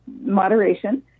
Moderation